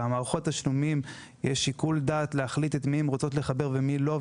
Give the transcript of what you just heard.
למערכות התשלומים יש שיקול דעת להחליט את מי הן רוצות לחבר ואת מי לא.